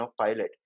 pilot